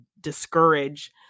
discourage